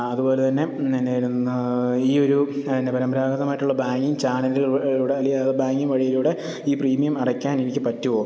അതു പോലെ തന്നെ എന്തായിരുന്നു ഈയൊരു എന്താ പരമ്പരാഗതമായിട്ടുള്ള ബാങ്കിങ് ചാനലുകളിലൂടെ അല്ലെങ്കിൽ ബാങ്കിങ് വഴിയിലൂടെ ഈ പ്രീമിയം അടക്കാൻ എനിക്ക് പറ്റുമോ